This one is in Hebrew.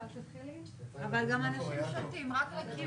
אל תכניס מילים שלא אמרתי,